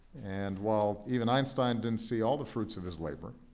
and while even einstein didn't see all the fruits of his labor,